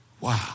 Wow